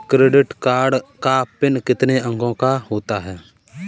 Credit card का PIN कितने अंकों का होता है?